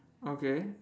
okay